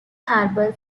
harbor